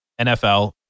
nfl